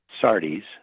Sardi's